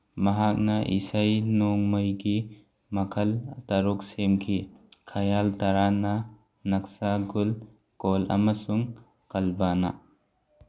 ꯃꯍꯥꯛꯅ ꯏꯁꯩ ꯅꯣꯡꯃꯥꯏꯒꯤ ꯃꯈꯜ ꯇꯔꯨꯛ ꯁꯦꯝꯈꯤ ꯈꯌꯥꯜ ꯇꯔꯥꯅ ꯅꯛꯁꯥ ꯒꯨꯜ ꯀꯣꯜ ꯑꯃꯁꯨꯡ ꯀꯜꯕꯥꯅꯥ